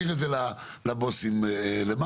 סרג' קורשיא, ראש מועצת כפר